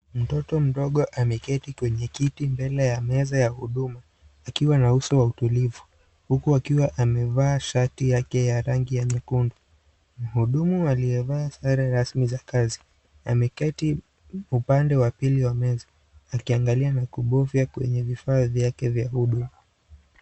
Mtoto mdogo aliketi kwenye kiti mbele ya meza ya huduma akiwa na uso wa utulivu huku akiwa amevaa shati yake ya rangi ya nyekundu. Mhudumu aliyevaa sare rasmi za kazi ameketi upande wa pili wa meza akiangalia na kuvaa kwenye vifaa vya huduma.